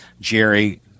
Jerry